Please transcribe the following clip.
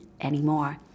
anymore